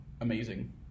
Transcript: amazing